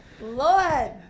Lord